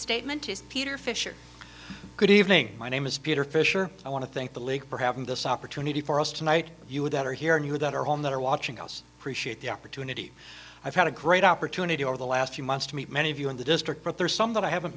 statement is peter fisher good evening my name is peter fischer i want to think the league for having this opportunity for us tonight you would that are here and you that are on that are watching us appreciate the opportunity i've had a great opportunity over the last few months to meet many of you in the district but there are some that i haven't